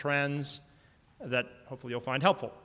trends that hopefully you'll find helpful